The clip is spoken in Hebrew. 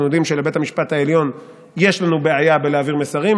אנחנו יודעים שלבית המשפט העליון יש לנו בעיה בלהעביר מסרים,